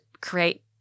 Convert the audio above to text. create